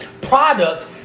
product